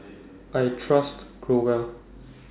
I Trust Growell